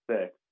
six